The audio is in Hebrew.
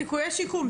סיכויי שיקום.